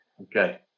Okay